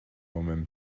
woman